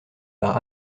par